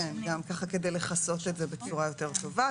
כן, ככה כדי לכסות את זה בצורה יותר טובה.